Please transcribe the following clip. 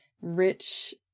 rich